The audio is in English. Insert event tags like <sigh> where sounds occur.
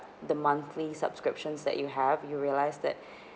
the monthly subscriptions that you have you realise that <breath>